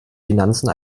finanzen